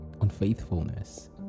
unfaithfulness